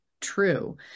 true